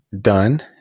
done